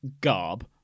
garb